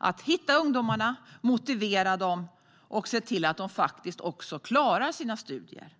att hitta ungdomarna, motivera dem och se till att de faktiskt klarar sina studier.